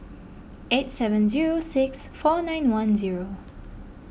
eight seven zero six four nine one zero